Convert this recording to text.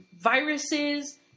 viruses